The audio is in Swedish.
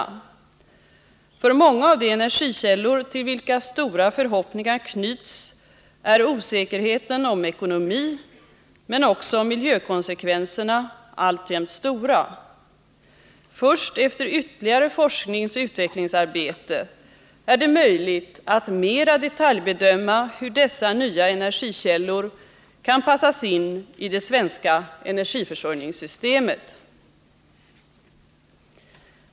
När det gäller många av de energikällor till vilka stora förhoppningar knyts är osäkerheterna i ekonomiskt avseende men också i fråga om miljökonsekvenserna alltjämt stora. Först efter ytterligare forskningsoch utvecklingsarbete är det möjligt att mera detaljbedöma hur dessa energikällor kan passas in i det svenska energiförsörjningssystemet.